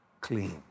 clean